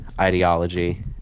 ideology